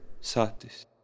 Satis